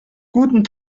guten